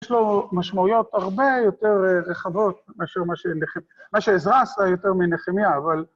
יש לו משמעויות הרבה יותר רחבות מאשר מה שעזרא עשה יותר מנחמיה, אבל...